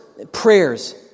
Prayers